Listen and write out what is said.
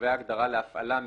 קובע הגדרה ל"הפעלה מסחרית".